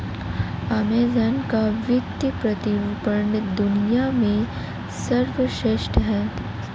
Amazon का वित्तीय प्रतिरूपण दुनिया में सर्वश्रेष्ठ है